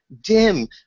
Dim